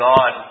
God